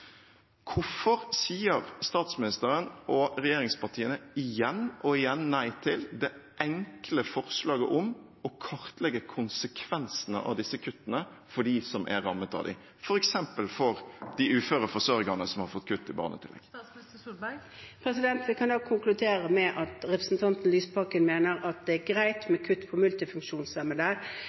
Hvorfor sier statsministeren og regjeringspartiene igjen og igjen nei til det enkle forslaget om å kartlegge konsekvensene av disse kuttene for dem som er rammet av dem , f.eks. for de uføre forsørgerne som har fått kutt i barnetillegget? Vi kan da konkludere med at representanten Lysbakken mener at det er greit med kutt